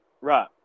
Right